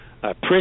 prison